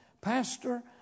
Pastor